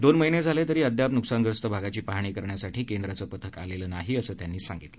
दोन महिने झाले तरी अद्याप नुकसानग्रस्त भागाची पाहणी करण्यासाठी केंद्राचं पथक आलं नाही असं ते म्हणाले